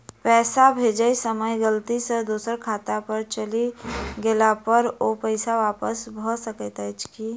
पैसा भेजय समय गलती सँ दोसर खाता पर चलि गेला पर ओ पैसा वापस भऽ सकैत अछि की?